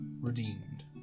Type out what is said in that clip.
redeemed